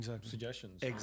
suggestions